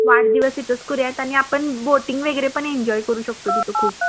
वाढदिवस इथंच करूयात आणि आपण बोटिंग वगैरे पण एन्जॉय करू शकतो तिथं खूप